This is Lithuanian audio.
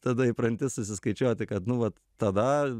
tada įpranti susiskaičiuoti kad nu vat tada